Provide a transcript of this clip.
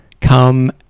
come